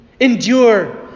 endure